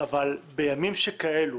בימים שכאלו